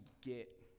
get